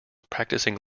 practicing